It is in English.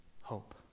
hope